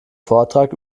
vortrag